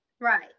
Right